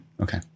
Okay